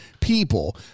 people